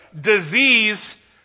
disease